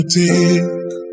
take